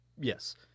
Yes